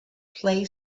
play